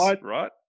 right